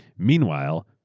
meanwhile,